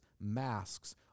masks